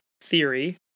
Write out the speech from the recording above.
Theory